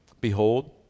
Behold